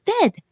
dead